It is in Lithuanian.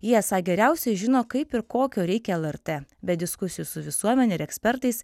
ji esą geriausiai žino kaip ir kokio reikia lrt be diskusijų su visuomene ir ekspertais